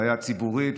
בעיה ציבורית,